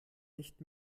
nicht